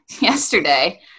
yesterday